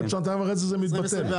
בעוד שנתיים וחצי זה מתבטל,